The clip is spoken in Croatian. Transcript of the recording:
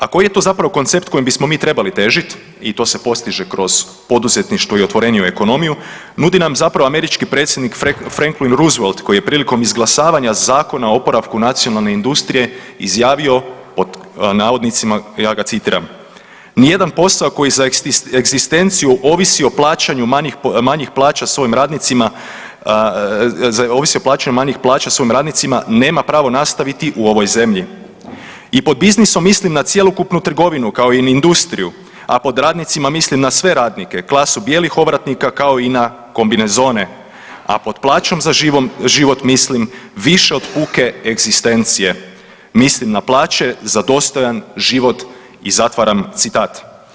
A koji je to zapravo koncept kojem bismo mi trebali težit i to se postiže kroz poduzetništvo i otvoreniju ekonomiju, nudi nam zapravo američki predsjednik Franklin Roosevelt koji je prilikom izglasavanja Zakona o oporavku nacionalne industrije izjavio pod navodnicima, ja ga citiram, nijedan posao koji za egzistenciju ovisi o plaćanju manjih, manjih plaća svojim radnicima, ovisi o plaćanju manjih plaća svojim radnicima nema pravo nastaviti u ovoj zemlji i pod biznisom mislim na cjelokupnu trgovinu, kao i na industriju, a pod radnicima mislim na sve radnike, klasu bijelih ovratnika, kao i na kombinezone, a pod plaćom za život mislim više od puke egzistencije, mislim na plaće za dostojan život i zatvaram citat.